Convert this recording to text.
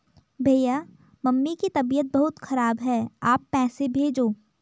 भैया मम्मी की तबीयत बहुत खराब है आप पैसे भेजो